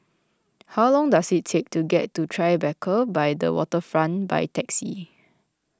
how long does it take to get to Tribeca by the Waterfront by taxi